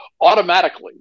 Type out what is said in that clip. automatically